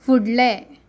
फुडलें